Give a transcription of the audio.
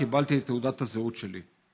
קיבלתי את תעודת הזהות שלי.